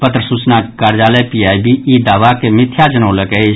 पत्र सूचना कार्यालय पीआईबी ई दावा के मिथ्या जनौलक अछि